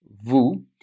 Vous